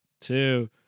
two